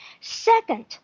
Second